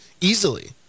easily